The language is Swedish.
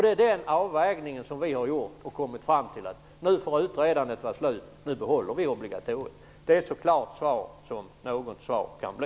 Det är den avvägningen vi har gjort, och vi har kommit fram till att nu får det vara slut på utredandet och att obligatoriet skall behållas. Det är ett så klart svar som något svar kan bli.